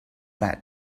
that